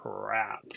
crap